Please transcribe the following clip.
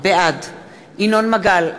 בעד ינון מגל,